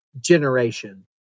generation